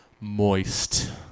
moist